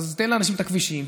אז תן לאנשים את הכבישים,